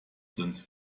sind